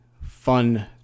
fun